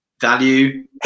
Value